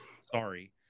Sorry